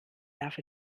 darf